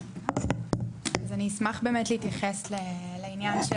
אני אשמח באמת להתייחס לעניין של